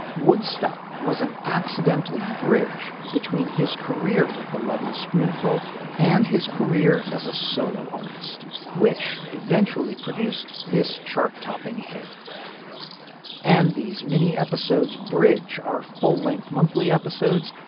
woodstock was an accidental bridge between his career with the lebanese spoonful and his career as a solo artist which eventually produced this chart topping hit and these mini episodes bridge are full length monthly episodes.